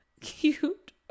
cute